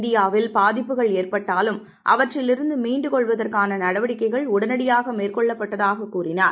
இந்தியாவில் பாதிப்புகள் ஏற்பட்டாலும் அவற்றிலிருந்து மீண்டு கொள்வதற்கான நடவடிக்கைகள் உடனடியாக மேற்கொள்ளப்படுவதாக கூறினார்